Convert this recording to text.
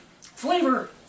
Flavor